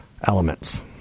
Elements